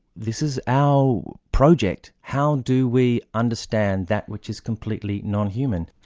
this is our project how do we understand that which is completely non-human?